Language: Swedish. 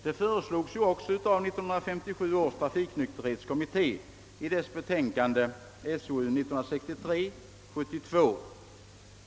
Detta föreslogs ju också av 1957 års trafiknykterhetskommitté i dess betänkande SOU 1963: 72.